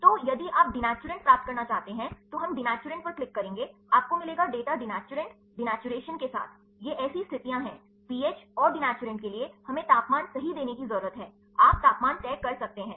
तो यदि आप दिनैचुरैंट प्राप्त करना चाहते हैं तो हम दिनैचुरैंट पर क्लिक करेंगे आपको मिलेगा डेटा दिनैचुरैंट डिनैचुरेशन के साथ ये ऐसी स्थितियां हैं पीएच और दिनैचुरैंट के लिए हमें तापमान सही देने की जरूरत है आप तापमान तय कर सकते हैं